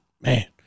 man